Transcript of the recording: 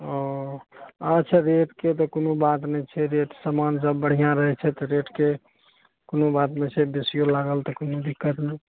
ओ अच्छा रेटके तऽ कोनो बात नहि छै रेट सामान सब बढ़िआँ रहय छै तऽ रेटके कोनो बात नहि छै बेसिओ लागल तऽ कोनो दिक्कत नहि